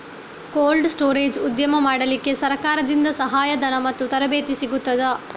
Cold storage ಉದ್ಯಮ ಮಾಡಲಿಕ್ಕೆ ಸರಕಾರದಿಂದ ಸಹಾಯ ಧನ ಮತ್ತು ತರಬೇತಿ ಸಿಗುತ್ತದಾ?